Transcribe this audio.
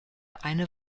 eine